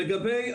לגבי